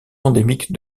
endémique